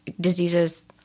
diseases